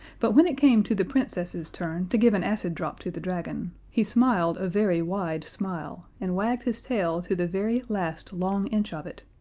but when it came to the princess's turn to give an acid drop to the dragon, he smiled a very wide smile, and wagged his tail to the very last long inch of it,